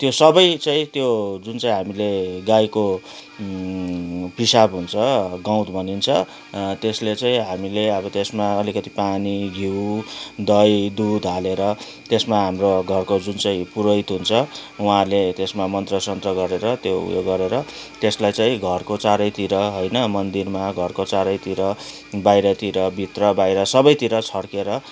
त्यो सबै चाहिँ त्यो जुन चाहिँ हामीले गाईको पिसाब हुन्छ गौत भनिन्छ त्यसले चाहिँ हामीले अब त्यसमा अलिकति पानी घिउ दही दुध हालेर त्यसमा हाम्रो घरको जुन चाहिँ पुरहित हुन्छ उहाँले त्यसमा मन्त्र सन्त्र गरेर त्यो उयो गरेर त्यसलाई चाहिँ घरको चारैतिर होइन मन्दिरमा घरको चारैतिर बाहिरतिर भित्र बाहिर सबैतिर छर्केर